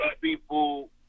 people